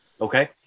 Okay